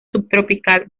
subtropical